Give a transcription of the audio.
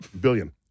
billion